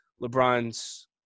LeBron's